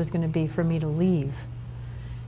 was going to be for me to leave